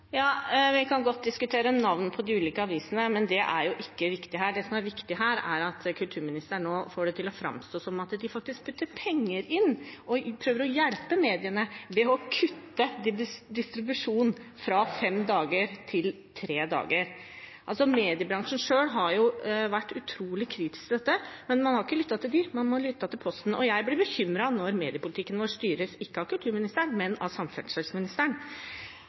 Vi kan godt diskutere navn på de ulike avisene, men det er jo ikke viktig. Det som er viktig, er at kulturministeren nå får det til å framstå som om de faktisk putter penger inn og prøver å hjelpe mediene ved å kutte distribusjonen fra fem dager til tre dager. Mediebransjen har selv vært utrolig kritisk til dette, men man har ikke lyttet til dem, man har lyttet til Posten. Jeg blir bekymret når mediepolitikken vår ikke styres av kulturministeren, men av samferdselsministeren.